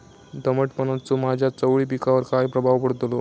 दमटपणाचा माझ्या चवळी पिकावर काय प्रभाव पडतलो?